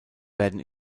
werden